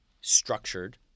structured